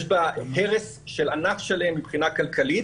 יש בה הרס של ענף שלם מבחינה כלכלית